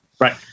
Right